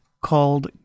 called